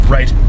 Right